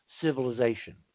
civilization